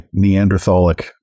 neanderthalic